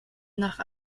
nach